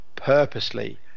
Purposely